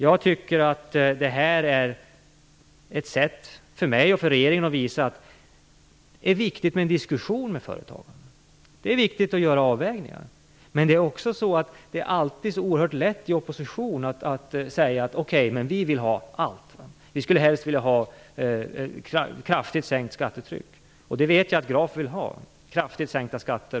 Jag tycker att detta är ett sätt för mig och regeringen att visa att det är viktigt att diskutera med företagen och att göra avvägningar. Men det är alltid så oerhört lätt att i opposition säga: Vi vill ha allt! Vi skulle helst vilja ha kraftigt sänkt skattetryck, och det vet jag att Graf vill ha.